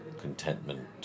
Contentment